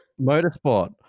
motorsport